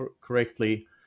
correctly